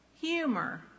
humor